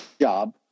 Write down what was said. job